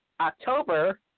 October